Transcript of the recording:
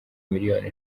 miliyoni